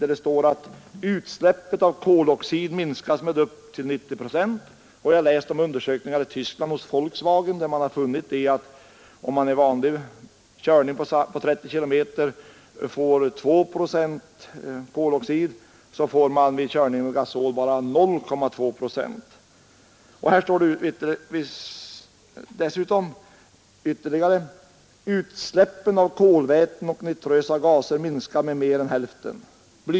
Det talas där om att utsläppet av koloxid minskas med upp till 90 procent. Jag har också läst om undersökningar i Tyskland hos Volkswagen, av vilka det har framgått att medan man vid vanlig körning i 30 kilometers hastighet får 2 procent koloxid så får man vid körning med gasol bara 0,2 procent. Utsläppen av kolväten och nitrösa gaser minskar med mer än hälften.